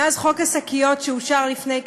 מאז חוק השקיות, שאושר לפני כשנה,